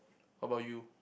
how about you